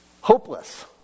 Hopeless